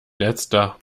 letzter